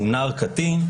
שהוא נער קטין,